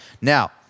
Now